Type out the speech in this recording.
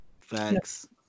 Thanks